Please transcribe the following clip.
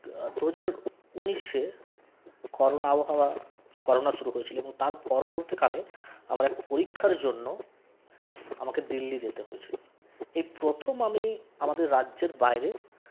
দুহাজার উনিশে করোনা আবহাওয়া করোনা শুরু হয়েছিলো এবং তার পরবর্তীকালে আমার এক পরীক্ষার জন্য আমাকে দিল্লি যেতে হয়েছিলো এই প্রথম আমি আমাদের রাজ্যের বাইরে